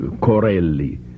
Corelli